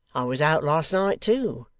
i was out last night, too.